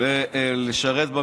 עם